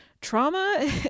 trauma